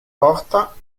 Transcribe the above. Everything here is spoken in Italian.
porta